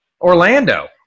Orlando